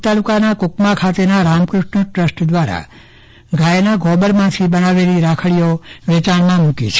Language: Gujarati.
ભુજ તાલુકાના કુકમા ખાતેના રામકૃષ્ણ ટ્રસ્ટ દ્વારા ગાયના ગોબરમાંથી બનાવેર્લી રાખડીઓ વેચાણમાં મૂકી છે